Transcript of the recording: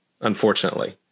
unfortunately